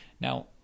Now